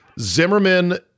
Zimmerman